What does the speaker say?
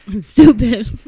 Stupid